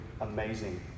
amazing